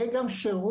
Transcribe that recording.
יהיה גם שירות